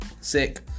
Sick